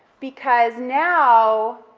because now,